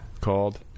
Called